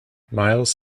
miles